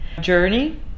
journey